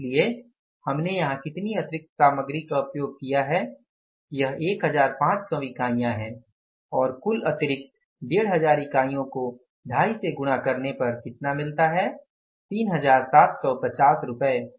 इसलिए हमने यहां कितनी अतिरिक्त सामग्री का उपयोग किया है यह 1500 इकाइयाँ हैं और कुल अतिरिक्त 1500 इकाइयों को 25 से गुणा करने पर कितना मिलता है 3750 रुपये